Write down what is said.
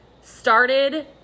started